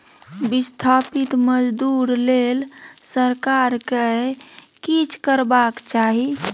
बिस्थापित मजदूर लेल सरकार केँ किछ करबाक चाही